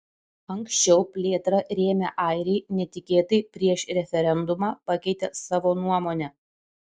anksčiau plėtrą rėmę airiai netikėtai prieš referendumą pakeitė savo nuomonę